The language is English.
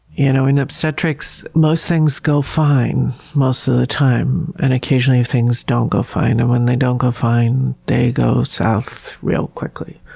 you know in obstetrics, most things go fine most of the time, and occasionally things don't go fine, and when they don't go fine, they go south real quickly.